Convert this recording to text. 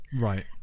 Right